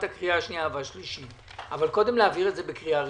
הקריאה השנייה והשלישית אבל קודם להעביר את זה בקריאה ראשונה.